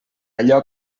allò